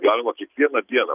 galima kiekvieną dieną